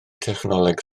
technoleg